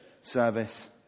service